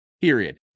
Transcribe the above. Period